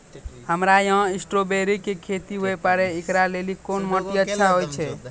हमरा यहाँ स्ट्राबेरी के खेती हुए पारे, इकरा लेली कोन माटी अच्छा होय छै?